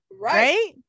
Right